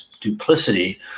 duplicity